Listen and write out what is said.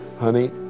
honey